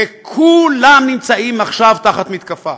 וכולם נמצאים עכשיו תחת מתקפה,